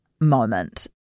moment